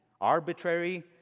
arbitrary